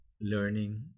learning